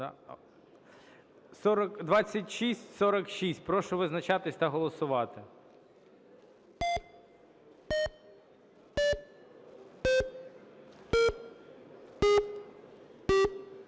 2648. Прошу визначатись та голосувати.